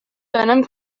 venom